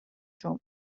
جمعه